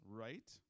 right